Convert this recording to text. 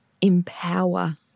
empower